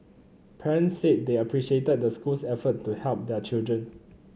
parents said they appreciated the school's effort to help their children